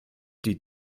die